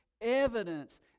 evidence